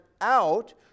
out